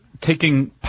taking